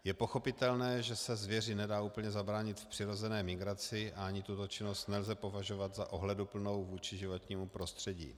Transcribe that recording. Je pochopitelné, že se zvěři nedá úplně zabránit v přirozené migraci, a ani tuto činnost nelze považovat za ohleduplnou vůči životnímu prostředí.